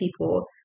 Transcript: people